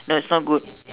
it's not good